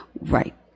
Right